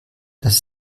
das